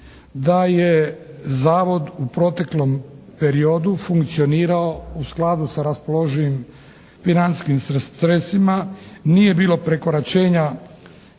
da je Zavod u proteklom periodu funkcionirao u skladu sa raspoloživim financijskim sredstvima. Nije bilo prekoračenja